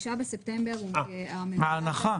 9 בספטמבר הממשלה תניח --- ההנחה.